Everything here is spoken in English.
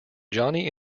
johnny